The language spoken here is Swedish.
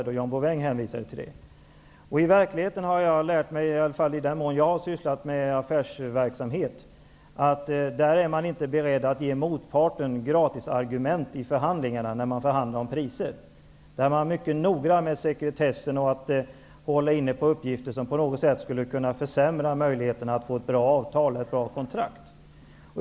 I den mån jag har sysslat med frågan om affärsmässighet, har jag lärt mig av verkligheten att man inte är beredd att ge motparten gratisargument i förhandlingar om priser. Där är man mycket noga med sekretessen och håller inne sådana uppgifter som på något sätt skulle kunna försämra möjligheterna till ett bra avtal eller kontrakt.